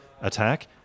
attack